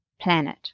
planet